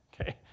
okay